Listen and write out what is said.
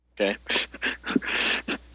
Okay